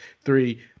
Three